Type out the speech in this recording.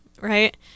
right